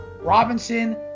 Robinson